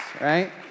right